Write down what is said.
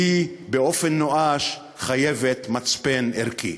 והיא באופן נואש חייבת מצפן ערכי.